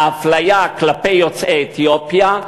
האפליה כלפי יוצאי אתיופיה,